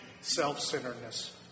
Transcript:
self-centeredness